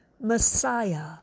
Messiah